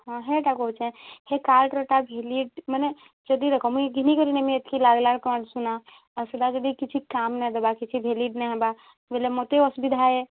ହଁ ହେଇଟା କହୁଚେ ହେ କାର୍ଡ଼ରଟା ଭ୍ୟାଲିଡ଼୍ ମାନେ ଯଦି ଦେଖ ମୁଇଁ ଘିନି କରି ନେମି ଏତକି ଲାଗ୍ଲା କନ ସୁନା ଆଉ ସେଟା ଯଦି କିଛି କାମ୍ ନାଇଁ ଦବା କିଛି ଭ୍ୟାଲିଡ଼୍ ନାଇଁ ହେବା ବୋଲେ ମୋତେ ଅସୁବିଧା ହଏ